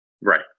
Right